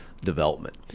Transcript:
development